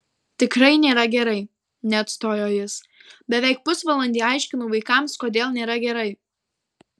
tikrai nėra gerai neatstojo jis beveik pusvalandį aiškinau vaikams kodėl nėra gerai